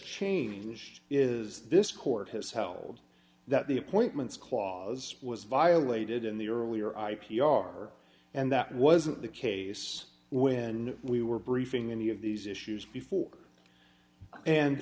changed is this court has held that the appointments clause was violated in the earlier i p r and that wasn't the case when we were briefing any of these issues before and